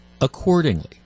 accordingly